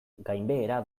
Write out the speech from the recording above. gainbehera